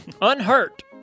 Unhurt